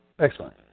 Excellent